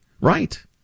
Right